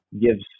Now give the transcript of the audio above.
gives